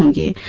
um da